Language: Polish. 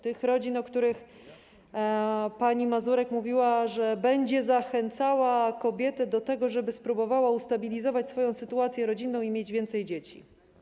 Tych rodzin, o których pani Mazurek mówiła, że będzie zachęcała kobiety do tego, żeby spróbowały ustabilizować swoją sytuację rodzinną i mieć więcej dzieci.